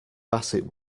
bassett